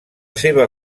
seva